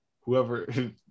Whoever